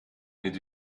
mit